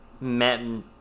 men